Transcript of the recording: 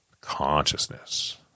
consciousness